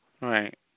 Right